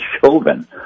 Chauvin